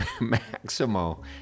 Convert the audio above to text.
Maximo